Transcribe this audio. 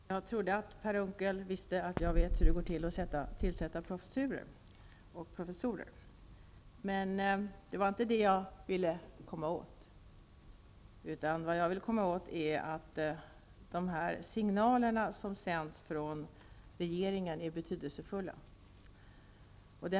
Fru talman! Jag trodde att Per Unckel visste att jag vet hur det går till att tillsätta professurer. Det var inte det jag ville komma åt, utan det var att de signaler som sänds från regeringen är betydelsefulla.